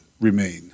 remain